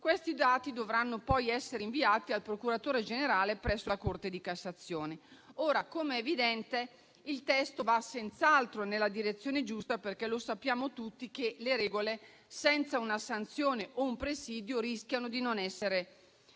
che dovranno poi essere inviati al procuratore generale presso la Corte di cassazione. Ora, com'è evidente, il testo va senz'altro nella direzione giusta, perché sappiamo tutti che le regole senza una sanzione o un presidio rischiano di non essere rispettate.